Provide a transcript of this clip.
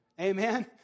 Amen